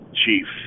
chief